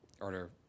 order